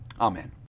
Amen